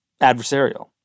adversarial